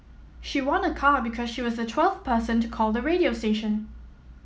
she won a car because she was the twelfth person to call the radio station